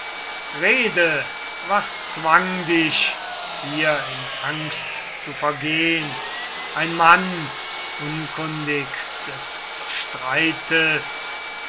rede was zwang dich hier in angst zu vergehn ein mann unkundig des streites